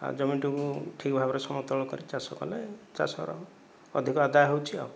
ଆଉ ଜମିଟିକୁ ଠିକ୍ ଭାବରେ ସମତଳ କରି ଚାଷ କଲେ ଚାଷର ଅଧିକା ଆଦାୟ ହେଉଛି ଆଉ